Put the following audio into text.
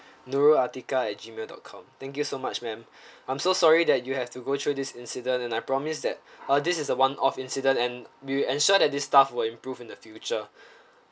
nurul atikah at gmail dot com thank you so much ma'am I'm so sorry that you have to go through this incident and I promise that uh this is the one off incident and we will assure that this staff will improve in the future